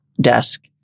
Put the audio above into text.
desk